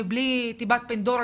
מבלי תיבת פנדורה,